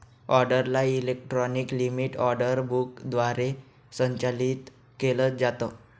ऑर्डरला electronic limit order book द्वारे संचालित केलं जातं